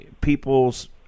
people's